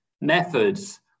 methods